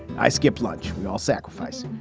i skipped lunch. we all sacrifice.